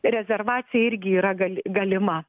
rezervacija irgi yra gal galima